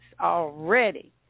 already